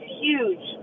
huge